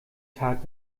tag